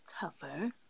tougher